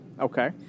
Okay